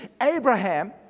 Abraham